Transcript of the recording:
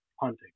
hunting